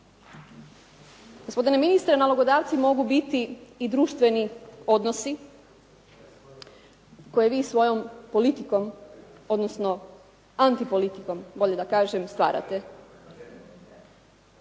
Gospodine ministre nalogodavci mogu biti i društveni odnosi koje vi svojom politikom, odnosno antipolitikom bolje da kažem stvarate.